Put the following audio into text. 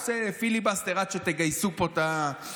עושה פיליבסטר עד שתגייסו פה את הרוב,